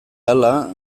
ahala